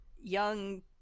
young